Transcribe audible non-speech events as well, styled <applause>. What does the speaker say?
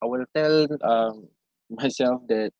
I will tell um myself <laughs> that